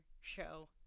show